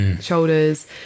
shoulders